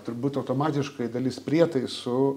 turbūt automatiškai dalis prietaisų